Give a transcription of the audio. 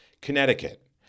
Connecticut